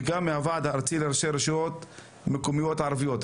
הוועד הארצי לראשי הרשויות המקומיות הערביות,